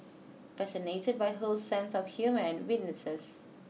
fascinated by Ho's sense of humour and wittinesses